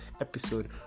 episode